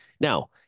Now